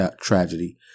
tragedy